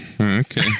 Okay